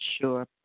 Sure